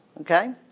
Okay